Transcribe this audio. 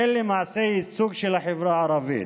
אין למעשה ייצוג של החברה הערבית,